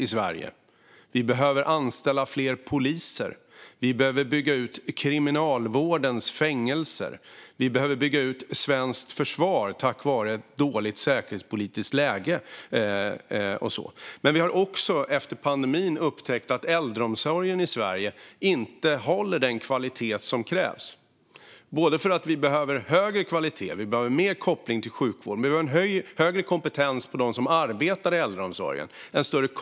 Vi behöver därför anställa fler poliser och bygga ut Kriminalvårdens fängelser. Vi behöver även bygga ut svenskt försvar på grund av ett dåligt säkerhetspolitiskt läge. Under pandemin har vi upptäckt att äldreomsorgen i Sverige inte håller den kvalitet som krävs. Kvaliteten behöver höjas, kopplingen till sjukvården ökas och kompetensen hos dem som arbetar i äldreomsorgen höjas.